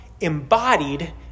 embodied